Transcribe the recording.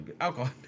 alcohol